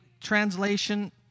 translation